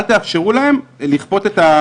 אל תאפשרו להם לכפות את האמונות שלהם על כולם.